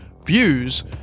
views